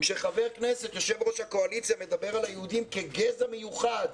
כשחבר כנסת יושב-ראש הקואליציה מדבר על היהודים כגזע מיוחד,